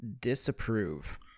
Disapprove